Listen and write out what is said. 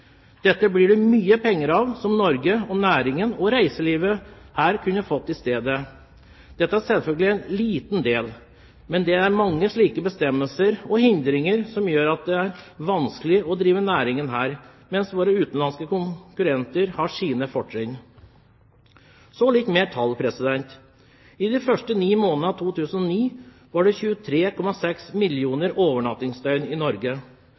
Dette blir det mye penger av, som Norge, næringen og reiselivet her kunne fått i stedet. Dette er selvfølgelig en liten del, men det er mange slike bestemmelser og hindringer som gjør at det er vanskelig å drive næring her, mens våre utenlandske konkurrenter har sine fortrinn. Så noen flere tall. I de første ni månedene av 2009 var det 23,6 mill. overnattingsdøgn i Norge.